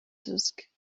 disk